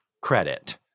credit